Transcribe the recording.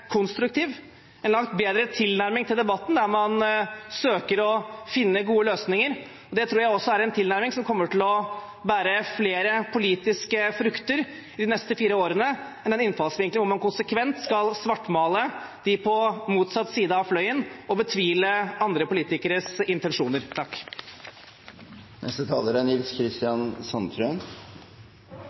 konstruktiv, en langt bedre tilnærming til debatten, der man søker å finne gode løsninger. Det tror jeg også er en tilnærming som kommer til å bære flere politiske frukter de neste fire årene enn den innfallsvinkelen hvor man konsekvent skal svartmale dem på motsatt side av den politiske fløyen og betvile andre politikeres intensjoner.